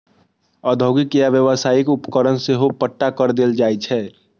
औद्योगिक या व्यावसायिक उपकरण सेहो पट्टा पर देल जाइ छै